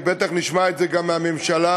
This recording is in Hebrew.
ובטח נשמע את זה גם מהממשלה,